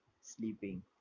sleeping